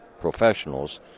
professionals